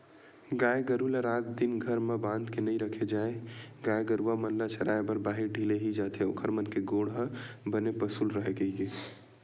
गाय गरु ल रात दिन घर म बांध के नइ रखे जाय गाय गरुवा मन ल चराए बर बाहिर ढिले ही जाथे ओखर मन के गोड़ ह बने पसुल राहय कहिके